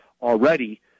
already